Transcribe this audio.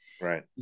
right